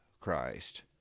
Christ